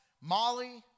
Molly